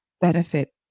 benefit